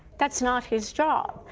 that's not his job.